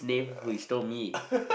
uh